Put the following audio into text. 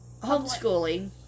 homeschooling